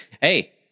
hey